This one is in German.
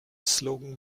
slogan